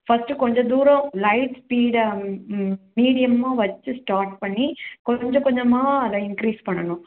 first கொஞ்சம் தூரம் light ஸ்பீடை ம் மீடியமாக வச்சு ஸ்டார்ட் பண்ணி கொஞ்சம் கொஞ்சமாக அதை இன்க்ரீஸ் பண்ணணும்